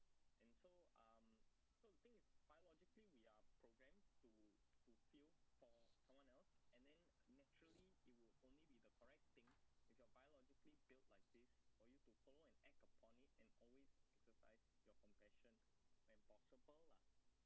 info um something biologically we are programmed to fulfill for someone else and then naturally it will only be the correct thing you got biologically built like this for you to follow and act upon it and always by your compassion when possible lah